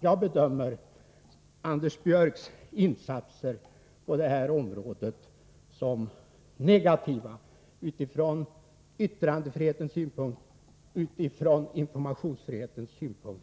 Jag bedömer Anders Björcks insatser på detta område som negativa utifrån både yttrandefrihetens och informationsfrihetens synpunkt.